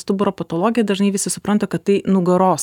stuburo patologija dažnai visi supranta kad tai nugaros